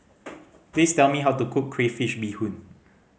please tell me how to cook crayfish beehoon